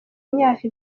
imyaka